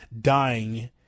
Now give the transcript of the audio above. dying